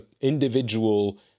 individual